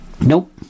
nope